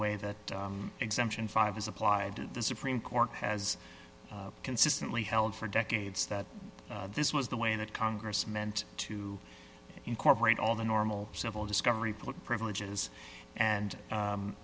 way that exemption five is applied the supreme court has consistently held for decades that this was the way that congress meant to incorporate all the normal civil discovery put privileges and